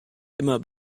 immer